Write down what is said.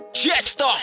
Jester